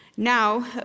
Now